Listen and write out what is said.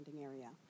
area